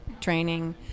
training